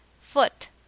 Foot